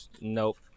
Nope